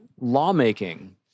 lawmaking